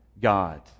God